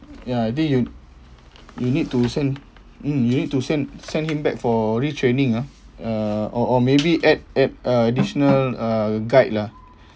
ya I think you you need to send mm you need to send send him back for retraining ah uh or or maybe add add uh additional uh guide lah